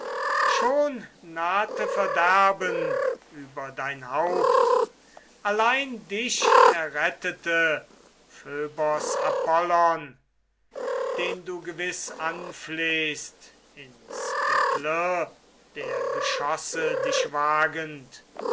schon nahte verderben über dein haupt allein dich errettete phöbos apollon den du gewiß anflehst ins geklirr der geschosse dich wagend